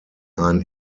ein